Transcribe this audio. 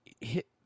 hit